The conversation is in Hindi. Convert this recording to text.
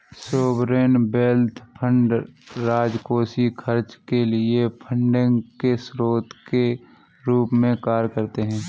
सॉवरेन वेल्थ फंड राजकोषीय खर्च के लिए फंडिंग के स्रोत के रूप में कार्य करते हैं